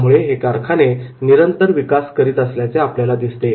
यामुळे हे कारखाने निरंतर विकास करीत असल्याचे आपल्याला दिसते